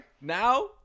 Now